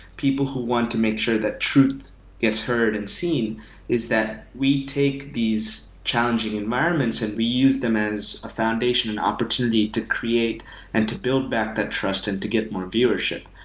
people who want to make sure that truth gets heard and seen is that we take these challenging environments and use them as a foundation an opportunity to create and to build back that trust and to get more viewership.